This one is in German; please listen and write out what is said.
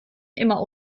immer